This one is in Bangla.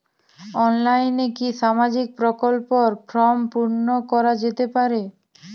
অনলাইনে কি সামাজিক প্রকল্পর ফর্ম পূর্ন করা যেতে পারে?